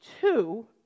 two